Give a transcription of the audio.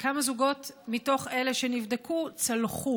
5. כמה זוגות מתוך אלה שנבדקו צלחו,